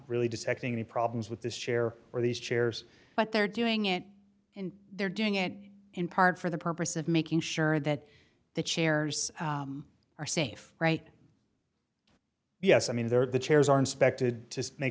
really distracting the problems with this chair or these chairs but they're doing it and they're doing it in part for the purpose of making sure that the chairs are safe right yes i mean there the chairs are inspected to make